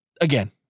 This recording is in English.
again